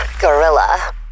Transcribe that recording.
gorilla